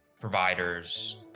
providers